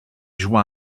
joua